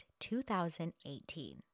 2018